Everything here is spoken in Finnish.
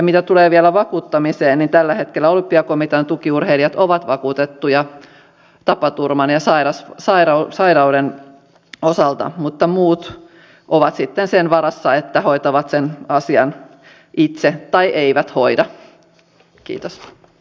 mitä tulee vielä vakuuttamiseen niin tällä hetkellä olympiakomitean tukiurheilijat ovat vakuutettuja tapaturman ja sairauden osalta mutta muut ovat sitten sen varassa että hoitavat sen asian itse tai eivät hoida